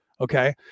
Okay